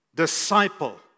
Disciple